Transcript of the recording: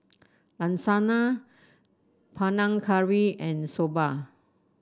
Lasagne Panang Curry and Soba